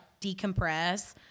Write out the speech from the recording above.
decompress